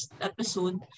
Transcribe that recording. episode